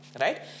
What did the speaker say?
right